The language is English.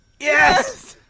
yes!